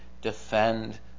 Defend